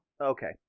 Okay